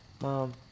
Mom